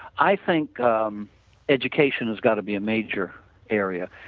i think um education has got to be a major area.